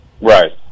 Right